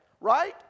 right